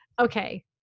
Okay